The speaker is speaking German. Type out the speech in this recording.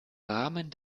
rahmen